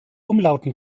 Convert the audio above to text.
umlauten